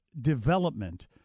development